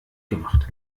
gemacht